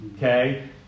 Okay